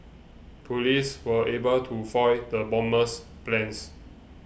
police were able to foil the bomber's plans